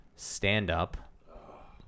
stand-up